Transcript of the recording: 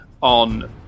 on